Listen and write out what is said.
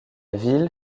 ville